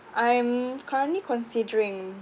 I'm currently considering